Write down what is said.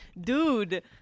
dude